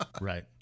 Right